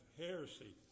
heresy